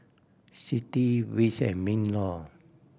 CITI wits and MinLaw